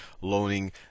loaning